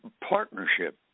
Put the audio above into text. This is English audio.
partnership